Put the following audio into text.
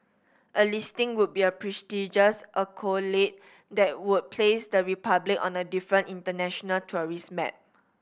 a listing would be a prestigious accolade that would place the Republic on a different international tourist map